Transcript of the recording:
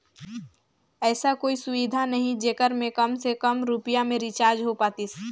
ऐसा कोई सुविधा नहीं जेकर मे काम से काम रुपिया मे रिचार्ज हो पातीस?